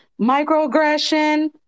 microaggression